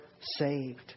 saved